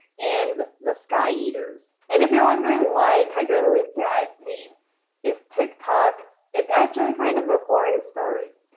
and the sky eaters. and if you're wondering why tiger lily's dad's name is tick tock, it's actually kind of a boring story.